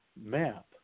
map